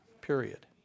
period